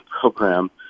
program